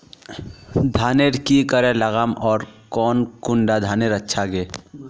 धानेर की करे लगाम ओर कौन कुंडा धानेर अच्छा गे?